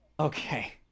Okay